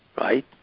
right